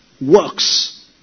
Works